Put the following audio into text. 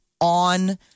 on